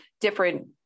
different